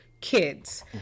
kids